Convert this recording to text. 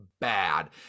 bad